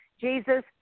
Jesus